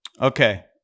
Okay